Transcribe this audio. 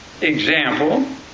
example